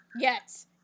Yes